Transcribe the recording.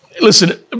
Listen